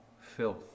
filth